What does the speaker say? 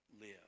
live